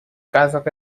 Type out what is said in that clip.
قسمت